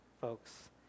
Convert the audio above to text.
folks